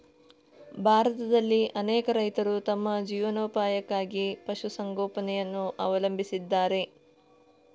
ಭಾರತದಲ್ಲಿ ಅನೇಕ ರೈತರು ತಮ್ಮ ಜೀವನೋಪಾಯಕ್ಕಾಗಿ ಪಶು ಸಂಗೋಪನೆಯನ್ನು ಅವಲಂಬಿಸಿದ್ದಾರೆ